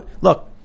look